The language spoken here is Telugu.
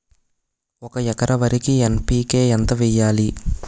ఒక ఎకర వరికి ఎన్.పి కే ఎంత వేయాలి?